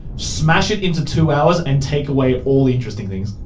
smash it into two hours and take away all the interesting things.